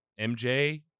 MJ